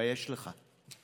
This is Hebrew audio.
תתבייש לך.